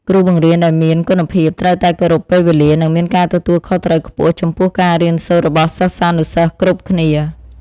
គ្រូបង្រៀនដែលមានគុណភាពត្រូវតែគោរពពេលវេលានិងមានការទទួលខុសត្រូវខ្ពស់ចំពោះការរៀនសូត្ររបស់សិស្សានុសិស្សគ្រប់គ្នា។